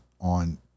on